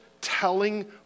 telling